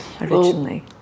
originally